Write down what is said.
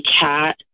cat